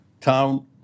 town